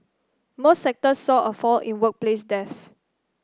most sectors saw a fall in workplace deaths